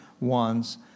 ones